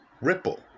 Ripple